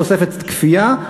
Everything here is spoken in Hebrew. תוספת כפייה,